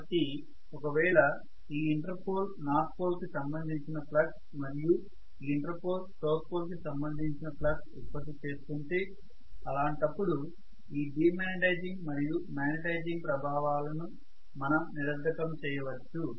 కాబట్టి ఒకవేళ ఈ ఇంటర్ పోల్ నార్త్ పోల్ కి సంబంధించిన ఫ్లక్స్ మరియు ఈ ఇంటర్ పోల్ సౌత్ పోల్ కి సంబంధించిన ఫ్లక్స్ ఉత్పత్తి చేస్తుంటే అలాంటప్పుడు ఈ డి మాగ్నెటైజింగ్ మరియు మాగ్నెటైజింగ్ ప్రభావాలను మనం నిరర్థకం చేయవచ్చు